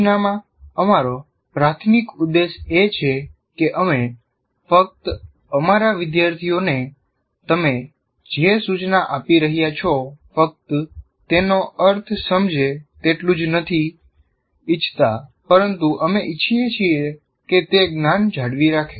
સૂચનામાં અમારો પ્રાથમિક ઉદ્દેશ એ છે કે અમે ફક્ત અમારા વિદ્યાર્થીઓને તમે જે સૂચના આપી રહ્યા છો ફક્ત તેનો અર્થ સમજે તેટલું જ નથી ઈચ્છાતા પરંતુ અમે ઇચ્છીએ છીએ કે તે જ્ઞાન જાળવી રાખે